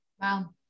Wow